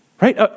right